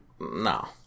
No